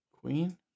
Queen